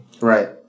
right